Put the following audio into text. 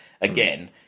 again